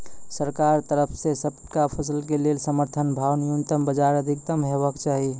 सरकारक तरफ सॅ सबटा फसलक लेल समर्थन भाव न्यूनतमक बजाय अधिकतम हेवाक चाही?